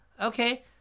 Okay